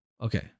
Okay